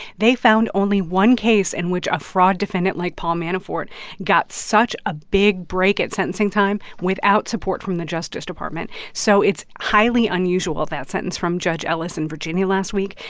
they found only one case in which a fraud defendant like paul manafort got such a big break at sentencing time without support from the justice department. so it's highly unusual that sentence from judge ellis in virginia last week.